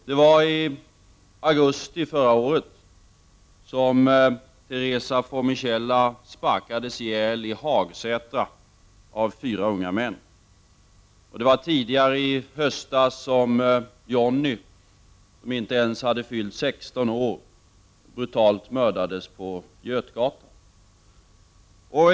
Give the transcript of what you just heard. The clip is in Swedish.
Det var i augusti förra året som Teresa Formichella sparkades ihjäl i Hagsätra av fyra unga män. Det var tidigare i höstas som Jonnie, som inte ens hade fyllt 16 år, brutalt mördades på Götgatan.